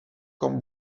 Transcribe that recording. comme